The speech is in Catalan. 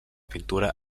pintura